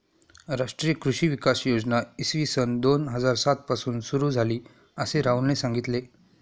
राष्ट्रीय कृषी विकास योजना इसवी सन दोन हजार सात पासून सुरू झाली, असे राहुलने सांगितले